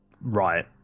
Right